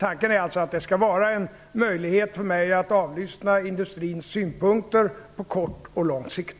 Tanken är att det skall ge en möjlighet för mig att avlyssna industrins synpunkter på kort och lång sikt.